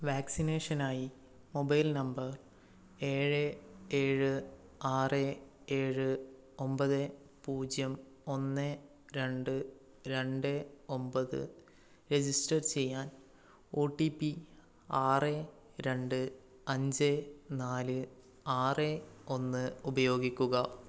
വാക്സിനേഷനായി mobile number ഏഴ് ഏഴ് ആറ് ഏഴ് ഒൻപത് പൂജ്യം ഒന്ന് രണ്ട് രണ്ട് ഒൻപത് രെജിസ്റ്റർ ചെയ്യാൻ ഒ ടി പി ആറ് രണ്ട് അഞ്ച് നാല് ആറ് ഒന്ന് ഉപയോഗിക്കുക